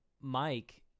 Mike